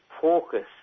focus